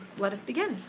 let us begin.